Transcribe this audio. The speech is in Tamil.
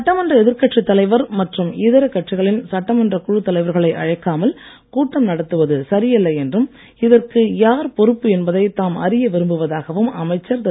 சட்டமன்ற எதிர்க்கட்சி தலைவர் மற்றும் இதர கட்சிகளின் சட்டமன்றக் குழுத் தலைவர்களை அழைக்காமல் கூட்டம் நடத்துவது சரியல்ல என்றும் இதற்கு யார் பொறுப்பு என்பதை தாம் அறிய விரும்புவதாகவும் அமைச்சர் திரு